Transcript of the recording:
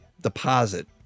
deposit